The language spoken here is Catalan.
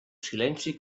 silenci